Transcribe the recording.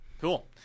Cool